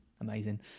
Amazing